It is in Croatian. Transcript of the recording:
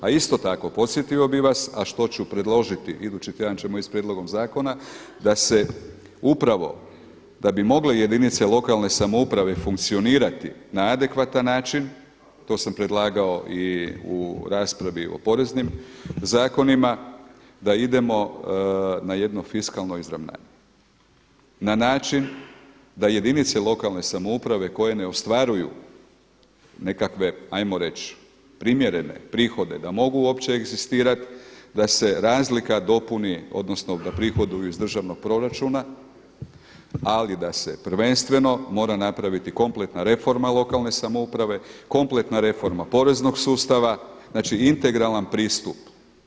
A isto tako podsjetio bih vas, a što ću predložiti, idući tjedan ćemo ići sa prijedlogom zakona da se upravo da bi mogle jedinice lokalne samouprave funkcionirati na adekvatan način to sam predlagao i u raspravi o poreznim zakonima da idemo na jedno fiskalno izravnanje na način da jedinice lokalne samouprave koje ne ostvaruju nekakve hajmo reći primjerene prihode da mogu uopće egzistirati, da se razlika dopuni, odnosno da prihoduju iz državnog proračuna ali da se prvenstveno mora napraviti kompletna reforma lokalne samouprave, kompletna reforma poreznog sustava, znači integralan pristup.